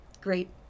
great